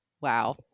Wow